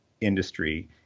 industry